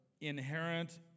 inherent